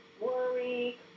worry